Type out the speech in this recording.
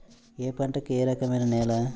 ఏ పంటకు ఏ రకమైన నేల?